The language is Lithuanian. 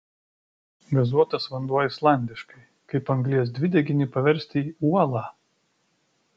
gazuotas vanduo islandiškai kaip anglies dvideginį paversti į uolą